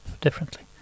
differently